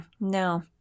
no